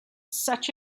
such